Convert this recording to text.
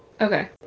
Okay